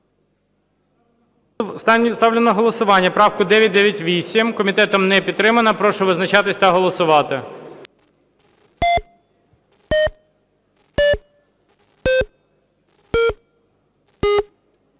Ставлю на голосування правку 998. Комітетом не підтримана. Прошу визначатись та голосувати.